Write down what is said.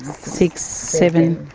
six, seven,